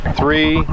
three